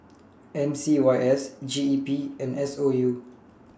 M C Y S G E P and S O U